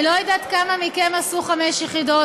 אני לא יודעת כמה מכם עשו חמש יחידות.